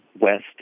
West